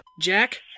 Jack